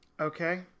Okay